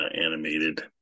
animated